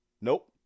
Nope